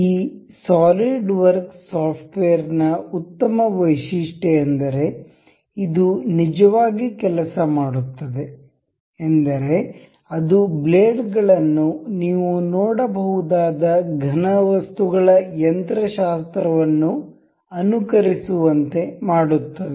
ಈ SolidWorks software ನ ಉತ್ತಮ ವೈಶಿಷ್ಟ್ಯ ಎಂದರೆ ಇದು ನಿಜವಾಗಿ ಕೆಲಸ ಮಾಡುತ್ತದೆ ಎಂದರೆ ಅದು ಬ್ಲೇಡ್ ಗಳನ್ನು ನೀವು ನೋಡಬಹುದಾದ ಘನವಸ್ತುಗಳ ಯಂತ್ರಶಾಸ್ತ್ರವನ್ನು ಅನುಕರಿಸುವಂತೆ ಮಾಡುತ್ತದೆ